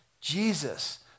Jesus